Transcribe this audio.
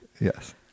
Yes